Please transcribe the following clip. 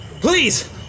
Please